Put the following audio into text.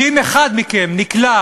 שאם אחד מכם נקלע